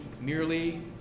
merely